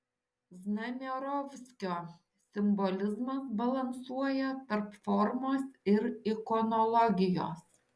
znamierovskio simbolizmas balansuoja tarp formos ir ikonologijos